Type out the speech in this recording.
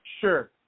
sure